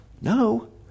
No